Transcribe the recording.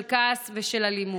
של כעס ושל אלימות.